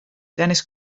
dennis